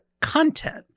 content